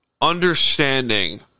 understanding